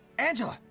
angela,